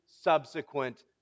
subsequent